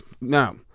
No